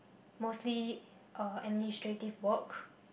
mostly uh administrative work